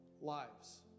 Lives